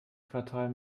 quartal